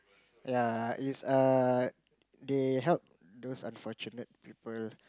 ya it's err they help those unfortunate people